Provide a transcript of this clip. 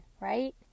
right